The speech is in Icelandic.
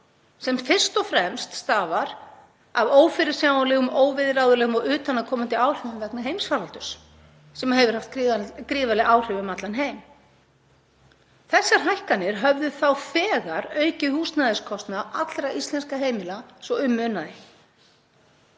sem fyrst og fremst stafar af ófyrirsjáanlegum, óviðráðanlegum og utanaðkomandi áhrifum vegna heimsfaraldurs sem hefur haft gríðarleg áhrif um allan heim? Þessar hækkanir höfðu þá þegar aukið húsnæðiskostnað allra íslenskra heimila svo um munaði.